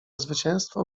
zwycięstwo